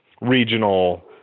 regional